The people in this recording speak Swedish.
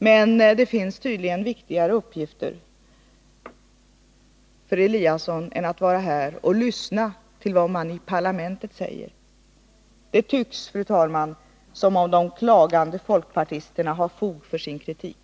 Men det finns tydligen viktigare uppgifter för statsrådet Eliasson än att vara här och lyssna till vad man säger i parlamentet. Det tycks, fru talman, som om de klagande folkpartisterna har fog för sin kritik.